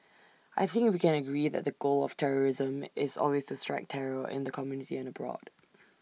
I think we can agree that the goal of terrorism is always to strike terror in the community and abroad